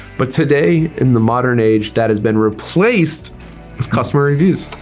but today in the modern age that has been replaced with customer reviews.